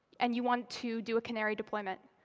and you want to do a canary deployment,